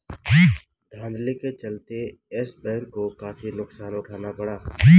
धांधली के चलते यस बैंक को काफी नुकसान उठाना पड़ा